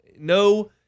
no